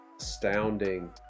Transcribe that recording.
astounding